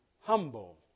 humble